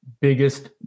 Biggest